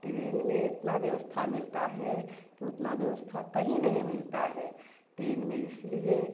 train में इतना व्यवस्था मिलता है कि उतना व्यवस्था कहीं नहीं मिलता है ट्रेन में इसलिए